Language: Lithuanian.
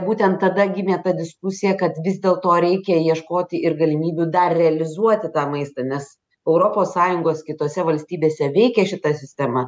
būtent tada gimė ta diskusija kad vis dėl to reikia ieškoti ir galimybių dar realizuoti tą maistą nes europos sąjungos kitose valstybėse veikia šita sistema